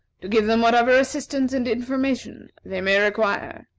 to give them whatever assistance and information they may require.